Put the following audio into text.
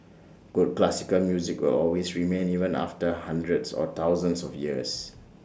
good classical music will always remain even after hundreds or thousands of years